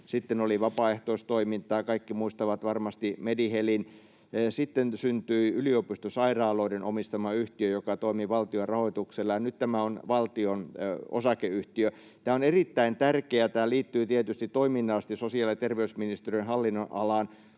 Sitten oli vapaaehtoistoimintaa, kaikki muistavat varmasti Medi-Helin. Sitten syntyi yliopistosairaaloiden omistama yhtiö, joka toimi valtion rahoituksella, ja nyt tämä on valtion osakeyhtiö. Tämä on erittäin tärkeää, ja tämä liittyy tietysti toiminnallisesti sosiaali- ja terveysministeriön hallinnonalaan.